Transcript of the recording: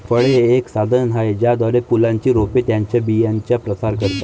फळे हे एक साधन आहे ज्याद्वारे फुलांची रोपे त्यांच्या बियांचा प्रसार करतात